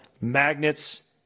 magnets